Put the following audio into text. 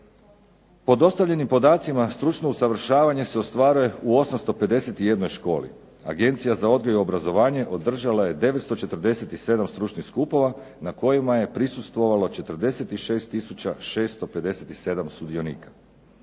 Po dostavljenim podacima stručno usavršavanje se ostvaruje u 851 školi. Agencija za odgoj i obrazovanje održala je 947 stručnih skupova na kojima je prisustvovalo 46 tisuća 657 sudionika.